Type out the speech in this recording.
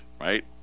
right